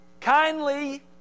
kindly